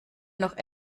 noch